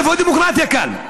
איפה הדמוקרטיה כאן?